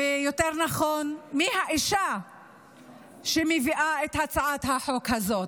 יותר נכון, האישה שמביאה את הצעת החוק הזאת.